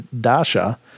Dasha